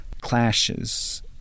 clashes